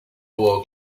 wore